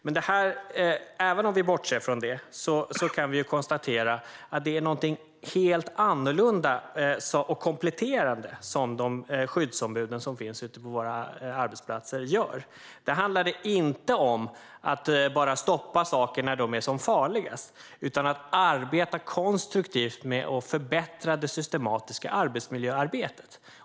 Men även om vi bortser från det kan vi konstatera att det är något helt annorlunda och kompletterande som skyddsombuden ute på våra arbetsplatser gör. Där handlar det inte om att bara stoppa saker när de är som farligast, utan om att arbeta konstruktivt med att förbättra det systematiska arbetsmiljöarbetet.